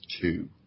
two